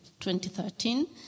2013